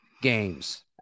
Games